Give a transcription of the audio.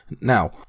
Now